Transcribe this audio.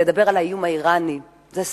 לדבר על האיום האירני זה סקסי.